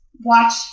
watch